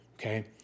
okay